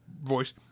voice